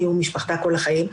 היא ומשפחתה לכל החיים,